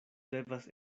devas